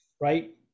right